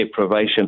deprivation